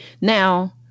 Now